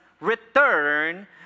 return